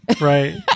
Right